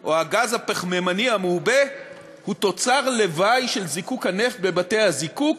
או הגז הפחמימני המעובה הוא תוצר לוואי של זיקוק הנפט בבתי-הזיקוק